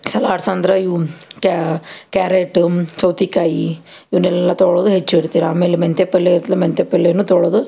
salads ಅಂದ್ರೆ ಇವು carrot ಸೌತೆಕಾಯಿ ಇವನ್ನೆಲ್ಲ ತೊಳ್ದು ಹೆಚ್ಚಿಡ್ತೀನಿ ಆಮೇಲೆ ಮೆಂತ್ಯೆ ಪಲ್ಲೆ ಇತ್ಲ್ ಮೆಂತ್ಯೆ ಪಲ್ಲೆನೂ ತೊಳೆದು